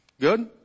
Good